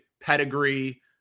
Pedigree